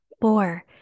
Four